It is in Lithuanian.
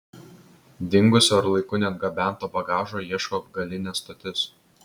dingusio ar laiku neatgabento bagažo ieško galinė stotis